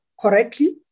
correctly